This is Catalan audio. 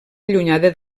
allunyada